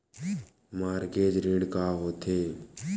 Mortgage ऋण का होथे?